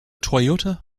toyota